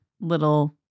little